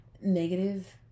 negative